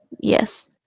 Yes